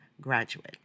graduate